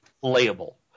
Playable